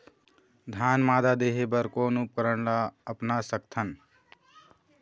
धान मादा देहे बर कोन उपकरण ला अपना सकथन?